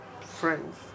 friends